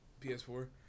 PS4